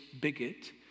bigot